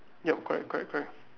yup correct correct correct